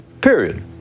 period